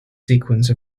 sequence